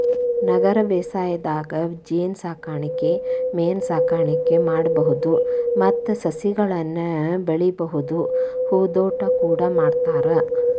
ನಗರ ಬೇಸಾಯದಾಗ ಜೇನಸಾಕಣೆ ಮೇನಸಾಕಣೆ ಮಾಡ್ಬಹುದು ಮತ್ತ ಸಸಿಗಳನ್ನ ಬೆಳಿಬಹುದು ಹೂದೋಟ ಕೂಡ ಮಾಡ್ತಾರ